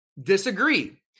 disagree